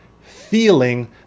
feeling